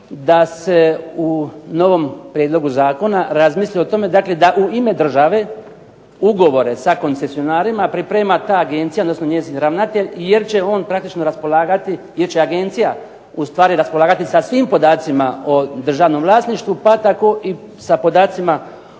da se u novom prijedlogu zakona razmisli o tome da u ime države ugovore sa koncesionarima priprema ta agencija, odnosno njezin ravnatelj, jer će on praktično raspolagati, jer će agencija ustvari raspolagati sa svim podacima o državnom vlasništvu pa tako i sa podacima